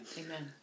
Amen